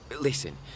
Listen